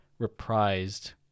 reprised